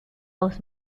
aus